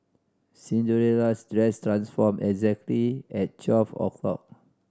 Cinderella's dress transformed exactly at twelve o'clock